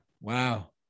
Wow